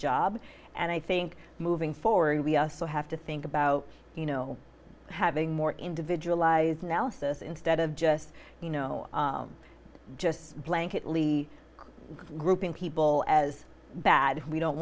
job and i think moving forward we also have to think about you know having more individualized analysis instead of just you know just ankit lee grouping people as bad we don't